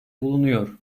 bulunuyor